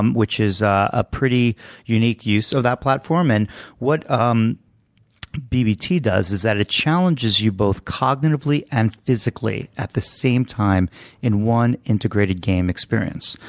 um which is a pretty unique use of that platform. and what um bbt does is that it challenges you both cognitively and physically at the same time in one integrated game experience.